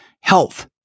health